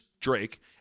Drake